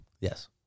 Yes